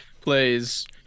plays